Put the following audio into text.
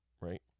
right